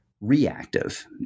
reactive